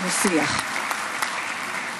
(מחיאות כפיים)